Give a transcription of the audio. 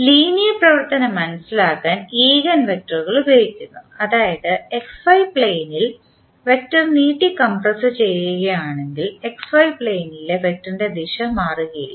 linear പരിവർത്തനം മനസ്സിലാക്കാൻ eigen വെക്ടറുകൾ ഉപയോഗിക്കുന്നു അതായത് XY പ്ലൈനിൽ വെക്റ്റർ നീട്ടി കംപ്രസ് ചെയ്യുകയാണെങ്കിൽ XY പ്ലെയിൻ ലെ വെക്റ്ററിൻറെ ദിശ മാറുകയില്ല